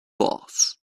boss